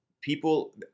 People